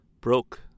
broke